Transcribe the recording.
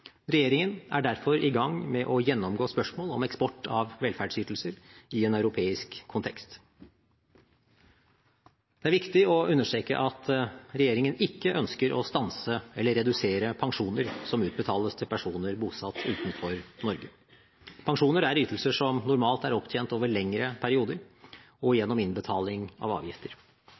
Regjeringen er derfor i gang med å gjennomgå spørsmål om eksport av velferdsytelser i en europeisk kontekst. Det er viktig å understreke at regjeringen ikke ønsker å stanse eller redusere pensjoner som utbetales til personer bosatt utenfor Norge. Pensjoner er ytelser som normalt er opptjent over lengre perioder og gjennom innbetaling av avgifter.